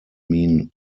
mean